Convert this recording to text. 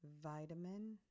vitamin